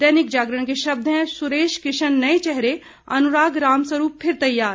दैनिक जागरण के शब्द हैं सुरेश किशन नए चेहरे अनुराग रामस्वरूप फिर तैयार